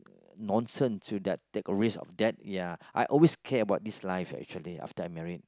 nonsense with that the risk of debt I always care about this life after I married